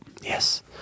Yes